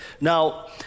Now